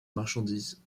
marchandise